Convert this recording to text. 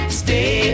stay